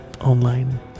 online